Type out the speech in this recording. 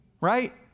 Right